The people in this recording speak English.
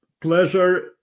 Pleasure